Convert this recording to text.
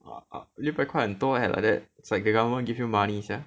ah ah 六百块很多 leh like that it's like the government give you money sia